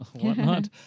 whatnot